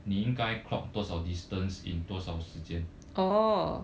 你应该 clock 多少 distance in 多少时间